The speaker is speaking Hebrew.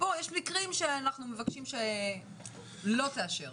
יש מקרים שאנחנו מבקשים שלא תאשר.